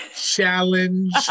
challenge